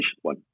one